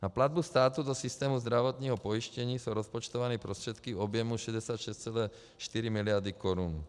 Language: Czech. Na platbu státu do systému zdravotního pojištění jsou rozpočtovány prostředky o objemu 66,4 mld. korun.